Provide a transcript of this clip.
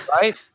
Right